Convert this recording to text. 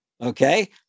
okay